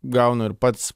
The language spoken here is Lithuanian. gaunu ir pats